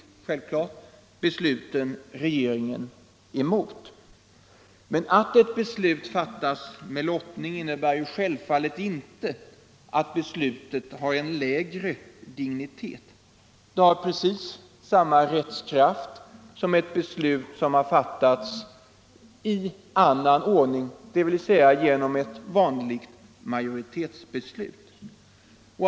Men att ett beslut fattas genom lottning innebär självfallet inte att beslutet har lägre dignitet. Det har precis samma rättskraft som ett vanligt majoritetsbeslut.